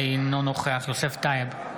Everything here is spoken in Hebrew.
אינו נוכח יוסף טייב,